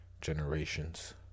generations